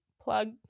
plug